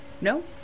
No